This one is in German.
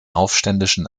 aufständischen